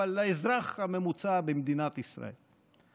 אבל לאזרח הממוצע במדינת ישראל.